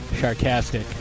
sarcastic